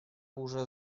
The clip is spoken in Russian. уже